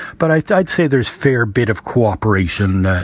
but i'd i'd say there's fair bit of cooperation.